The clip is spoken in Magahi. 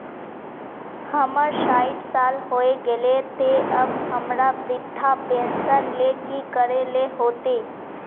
हमर सायट साल होय गले ते अब हमरा वृद्धा पेंशन ले की करे ले होते?